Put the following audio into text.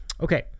Okay